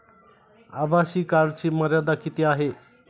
आभासी कार्डची मर्यादा किती आहे?